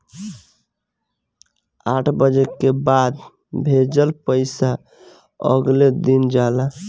आठ बजे के बाद भेजल पइसा अगले दिन जाला